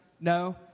No